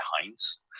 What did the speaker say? Heinz